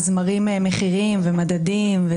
מראים מחירים ומדדים.